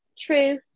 true